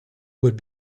would